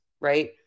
right